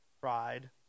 pride